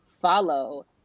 follow